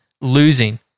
losing